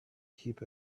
keep